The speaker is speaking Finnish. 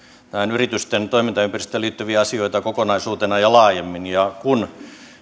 yritysten toimintaympäristöön liittyviä asioita kokonaisuutena ja laajemmin kun